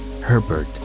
Herbert